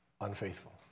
unfaithful